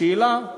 השאלה,